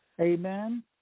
Amen